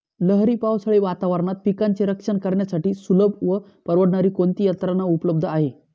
लहरी पावसाळी वातावरणात पिकांचे रक्षण करण्यासाठी सुलभ व परवडणारी कोणती यंत्रणा उपलब्ध आहे?